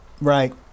right